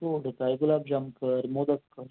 गोड काय गुलाबजाम कर मोदक कर